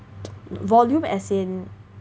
volume as in